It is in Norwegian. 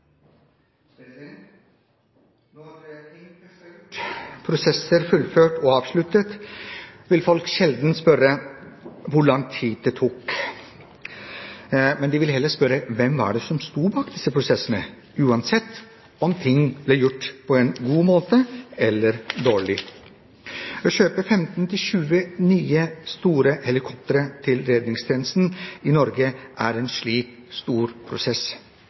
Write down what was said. prosesser fullført og avsluttet, vil folk sjelden spørre om hvor lang tid det tok. De vil heller spørre om hvem det var som sto bak disse prosessene, uansett om ting ble gjort på en god måte eller en dårlig måte. Det å kjøpe 15–20 nye store helikoptre til redningstjenesten i Norge, er en slik stor prosess.